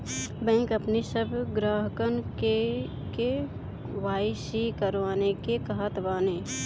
bank अपनी सब ग्राहकन के के.वाई.सी करवावे के कहत बाने